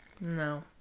no